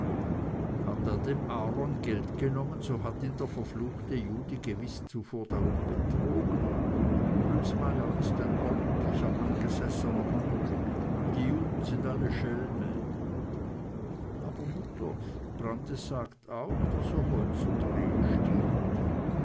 hat er dem aaron geld genommen so hat ihn der verfluchte jude gewiß zuvor darum betrogen hülsmeyer ist ein ordentlicher angesessener mann und die juden sind alle schelme aber mutter brandis sagt auch daß er holz und rehe stiehlt